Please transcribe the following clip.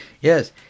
yes